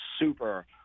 super